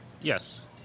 Yes